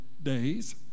days